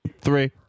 three